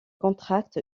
contracte